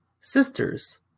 sisters